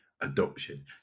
adoption